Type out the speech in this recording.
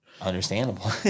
Understandable